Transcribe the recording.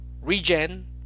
regen